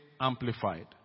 Amplified